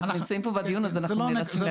אנחנו נמצאים פה בדיון הזה, אנחנו נאלצים להגיב.